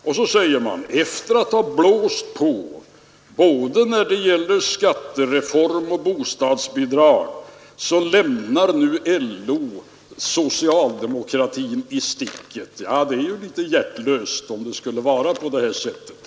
Och så säger man: ”Efter att ha blåst på både när det gällde skattereformen och bostadsbidragen lämnar LO nu socialdemokratin i sticket.” Ja, det är ju litet hjärtlöst om det skulle vara på det här sättet.